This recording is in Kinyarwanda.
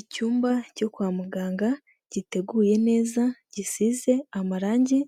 Icyumba cyo kwa muganga giteguye neza gisize amarangi;